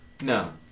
No